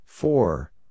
Four